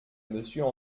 monsieur